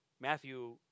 Matthew